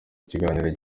ikiganiro